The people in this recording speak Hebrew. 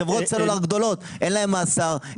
חברות סלולר גדולות אין להן מאסר,